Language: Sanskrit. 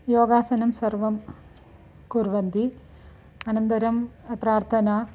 योगासनं सर्वं कुर्वन्ति अनन्तरं प्रार्थना